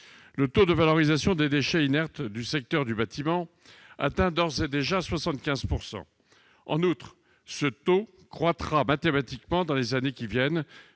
Le taux de valorisation des déchets inertes du secteur du bâtiment atteint d'ores et déjà 75 %. En outre, ce taux croîtra mathématiquement dans les années à venir,